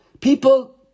People